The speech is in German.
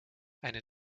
eine